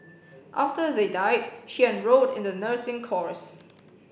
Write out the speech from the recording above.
after they died she enrolled in the nursing course